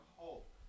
hope